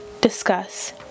discuss